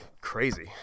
crazy